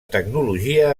tecnologia